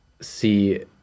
see